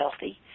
healthy